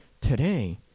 today